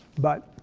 but